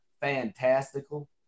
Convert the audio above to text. fantastical